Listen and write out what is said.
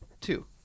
two